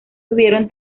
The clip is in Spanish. tuvieron